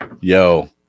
yo